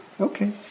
Okay